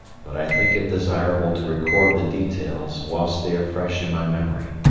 but i think it desirable to record the details whilst they are fresh in my memory,